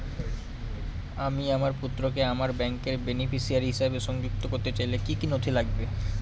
আমি আমার পুত্রকে আমার ব্যাংকের বেনিফিসিয়ারি হিসেবে সংযুক্ত করতে চাইলে কি কী নথি লাগবে?